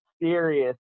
serious